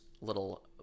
little